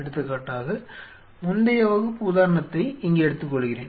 எடுத்துக்காட்டாக முந்தைய வகுப்பு உதாரணத்தை இங்கே எடுத்துக்கொள்கிறேன்